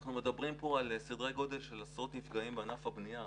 אנחנו מדברים פה על סדרי גודל של עשרות נפגעים בענף הבנייה,